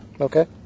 Okay